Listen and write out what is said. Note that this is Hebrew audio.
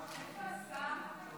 הכנסת שרון ניר,